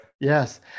Yes